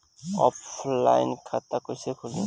Online खाता कईसे खुलि?